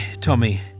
Tommy